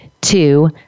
Two